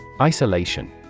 Isolation